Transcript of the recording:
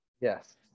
Yes